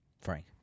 Frank